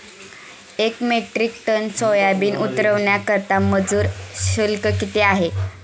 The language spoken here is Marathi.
एक मेट्रिक टन सोयाबीन उतरवण्याकरता मजूर शुल्क किती आहे?